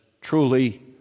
truly